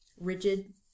rigid